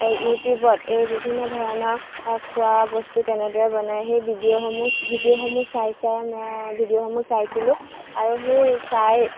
ইউটিউবত এই বিভিন্ন ধৰণৰ খোৱা বস্তু কেনেদৰে বনায় সেই ভিডিঅ' সমূহ ভিডিঅ' সমূহ চাই চাই মই ভিডিঅ' সমূহ চাইছিলোঁ আৰু সেই চাই